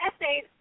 essay